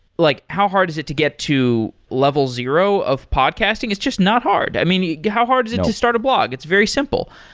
like how hard is it to get to level zero of podcasting? it's just not hard. i mean, yeah how hard is it to start a blog? it's very simple.